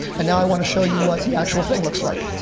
and now i want to show you what the actual thing looks like.